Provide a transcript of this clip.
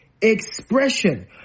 expression